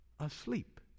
asleep